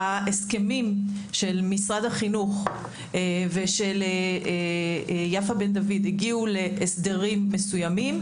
שההסכמים של משרד החינוך ושל יפה בן דוד הגיעו להסדרים מסוימים,